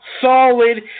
solid